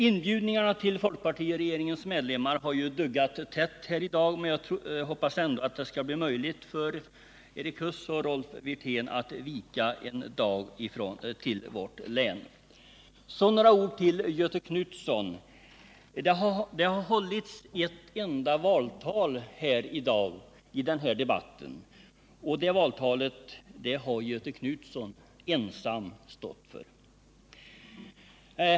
Inbjudningarna till folkpartiregeringens medlemmar har duggat tätt i dag, men jag hoppas ändå att det skall bli möjligt för Erik Huss och Rolf Wirtén att vika en dag för vårt län. Några ord till Göthe Knutson. Det har hållits ett enda valtal i debatten i dag, och det valtalet har Göthe Knutson ensam stått för.